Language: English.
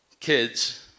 Kids